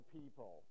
people